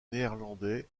néerlandais